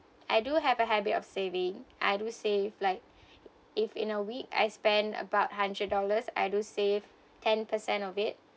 I do have a habit of saving I do save like if in a week I spend about hundred dollars I do save ten percent of it